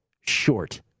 short